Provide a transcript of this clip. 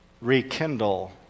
rekindle